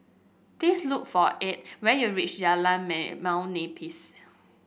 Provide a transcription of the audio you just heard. please look for Edd when you reach Jalan Limau Nipis